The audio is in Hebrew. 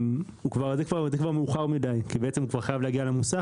זה כבר מאוחר מדי כי הוא כבר חייב להגיע למוסך